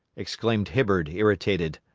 exclaimed hibbard, irritated.